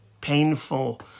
painful